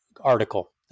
article